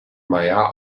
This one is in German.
meyer